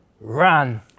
run